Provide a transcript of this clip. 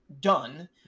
done